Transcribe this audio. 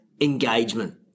engagement